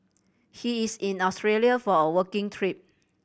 he is in Australia for a working trip